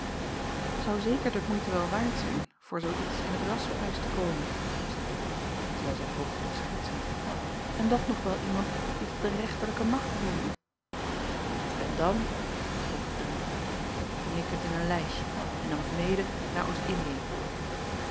ou zeker de moeite wel waard zijn voor zoo iets in t rasphuis te komen zeî ettemie terwijl zij poogde te schertsen en dat nog wel iemand die tot de rechterlijke macht behoort n dan vervolgde renkelaer hing ik het in een lijstje en nam het mede naar ost ndiën